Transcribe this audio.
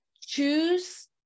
choose